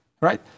right